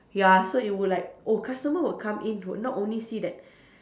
ya so it would like oh customer will come in would not only see that